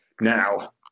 Now